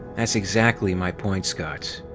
that's exactly my point, scott.